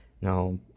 Now